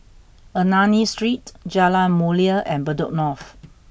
Ernani Street Jalan Mulia and Bedok North